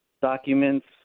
documents